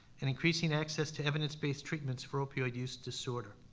and increasing access to evidence-based treatments for opioid use disorder.